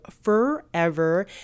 forever